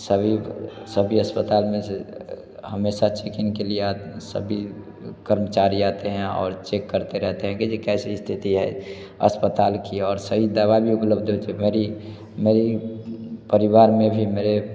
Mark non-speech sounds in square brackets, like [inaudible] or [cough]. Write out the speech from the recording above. सभी सभी अस्पताल में हमेशा चेकिन के लिए आ सभी कर्मचारी आते हैं और चेक करते रहते हैं कि कैसी स्थिति है अस्पताल की और सभी दवा भी उपलब्ध हो [unintelligible] मेरे मेरे परिवार में भी मेरे